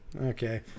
Okay